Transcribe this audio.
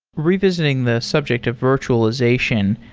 revisiting the subject of virtualization,